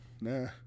Nah